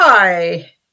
Hi